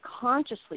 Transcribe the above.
consciously